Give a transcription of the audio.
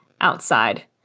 outside